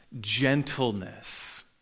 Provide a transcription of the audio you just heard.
gentleness